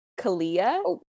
Kalia